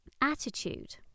attitude